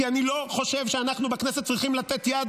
כי אני לא חושב שאנחנו בכנסת צריכים לתת יד